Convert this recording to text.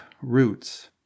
roots